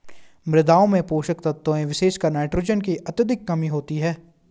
मृदाओं में पोषक तत्वों विशेषकर नाइट्रोजन की अत्यधिक कमी होती है